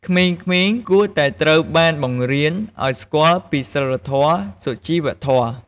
ក្មេងៗគួរតែត្រូវបានបង្រៀនឲ្យស្គាល់ពីសីលធម៍ សុជីវធម៍។